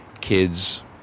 kids